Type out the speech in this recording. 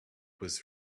was